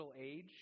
age